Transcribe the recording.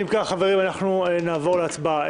אם כך, חברים, נעבור להצבעה.